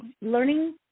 learning